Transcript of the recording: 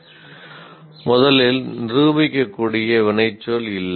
' முதலில் நிரூபிக்கக்கூடிய வினைச்சொல் இல்லை